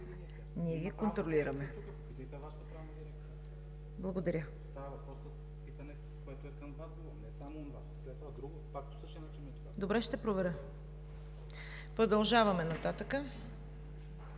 Ние ги контролираме. Благодаря. Добре, ще проверя. Продължаваме нататък